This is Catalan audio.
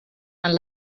amb